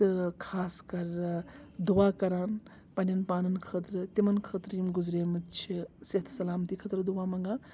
تہٕ خاص کَر دُعا کَران پنٕنٮ۪ن پانَن خٲطرٕ تِمَن خٲطرٕ یِم گُزریمٕتۍ چھِ صحت سلام تی خٲطرٕ دُعا منٛگان